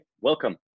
welcome